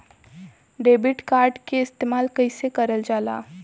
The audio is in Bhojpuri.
डेबिट कार्ड के इस्तेमाल कइसे करल जाला?